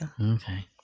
Okay